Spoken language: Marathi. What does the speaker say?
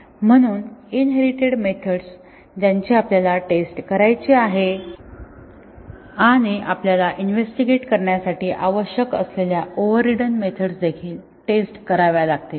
म्हणून इनहेरिटेड मेथड्स ज्यांची आपल्याला टेस्ट करायची आहे आणि आपल्याला इन्व्हेस्टीगेट करण्यासाठी आवश्यक असलेल्या ओव्हररिडन मेथड्स देखील टेस्ट कराव्या लागतील